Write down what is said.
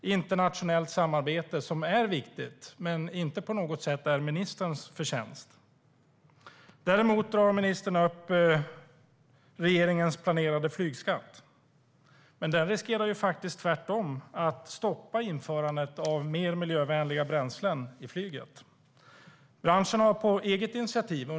Det internationella samarbetet är viktigt, men det är inte på något sätt ministerns förtjänst. Däremot drar ministern upp regeringens planerade flygskatt som tvärtom riskerar att stoppa införandet av mer miljövänliga bränslen i flyget.